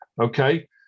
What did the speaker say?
okay